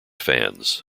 fans